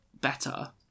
better